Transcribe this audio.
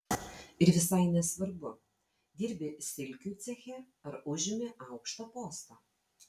ir visai nesvarbu dirbi silkių ceche ar užimi aukštą postą